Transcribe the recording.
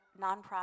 nonprofit